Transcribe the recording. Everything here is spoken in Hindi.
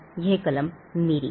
यह मेरी कलम है